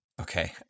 Okay